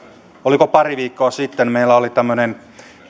oliko pari viikkoa sitten meillä oli